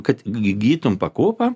kad įgytum pakopą